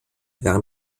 während